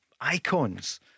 icons